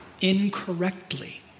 incorrectly